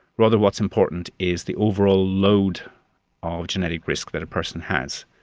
rather what's important is the overall load ah of genetic risk that a person has.